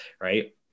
right